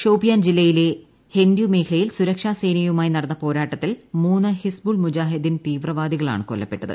ഷോപിയാൻ ജില്ലയിലെ ഹെൻഡ്യൂ മേഖലയിൽ സുരക്ഷാ സേനയുമായി നടന്ന പോരാട്ടത്തിൽ മൂന്ന് ഹിസ്ബുൾ മുജാഹുദീൻ തീവ്രവാദികളാണ് കൊല്ലപ്പെട്ടത്